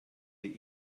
die